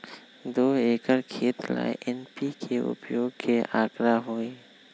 दो एकर खेत ला एन.पी.के उपयोग के का आंकड़ा होई?